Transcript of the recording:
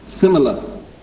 similar